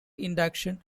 induction